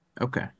Okay